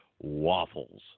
waffles